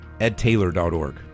edtaylor.org